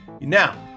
Now